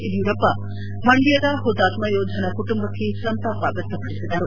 ಯಡಿಯೂರಪ್ಪ ಮಂಡ್ತದ ಮತಾತ್ಮ ಯೋಧನ ಕುಟುಂಬಕ್ಕೆ ಸಂತಾಪ ವ್ಯಕ್ತ ಪಡಿಸಿದ್ದಾರೆ